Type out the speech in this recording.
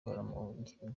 ngororangingo